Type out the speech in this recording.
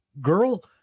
girl